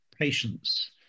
patience